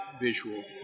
visual